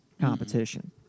competition